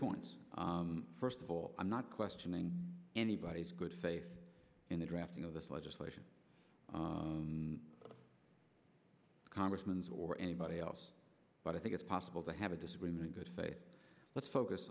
points first of all i'm not questioning anybody's good faith in the drafting of this legislation congressman's or anybody else but i think it's possible to have a disagreement good faith let's focus